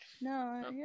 no